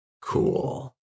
cool